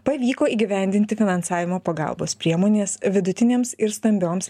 pavyko įgyvendinti finansavimo pagalbos priemonės vidutinėms ir stambioms